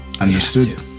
understood